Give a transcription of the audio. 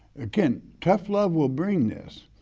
again, tough love will bring this.